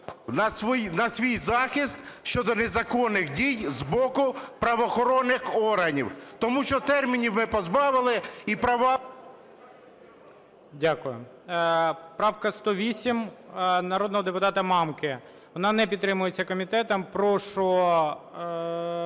на свій захист щодо незаконних дій з боку правоохоронних органів. Тому що термінів ви позбавили і права… ГОЛОВУЮЧИЙ. Дякую. Правка 108 народного депутата Мамки, вона не підтримується комітетом. Прошу